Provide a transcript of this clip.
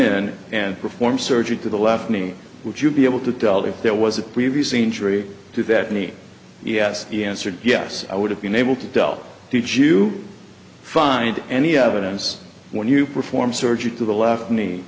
in and perform surgery to the left knee would you be able to tell if there was a previous injury to that knee yes he answered yes i would have been able to tell you find any evidence when you perform surgery to the left